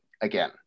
again